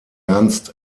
ernst